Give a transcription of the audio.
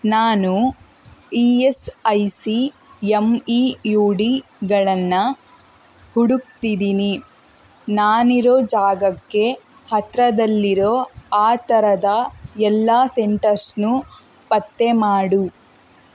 ನಾನು E S I C M E U ಡಿಗಳನ್ನ ಹುಡುಕ್ತಿದ್ದೀನಿ ನಾನಿರೋ ಜಾಗಕ್ಕೆ ಹತ್ತಿರೋದಲ್ಲಿರೋ ಆ ಥರದ ಎಲ್ಲ ಸೆಂಟರ್ಸ್ನು ಪತ್ತೆ ಮಾಡು